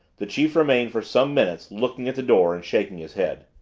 the chief remained for some minutes looking at the door and shaking his head.